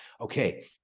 Okay